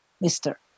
mister